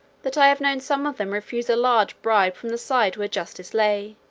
that i have known some of them refuse a large bribe from the side where justice lay,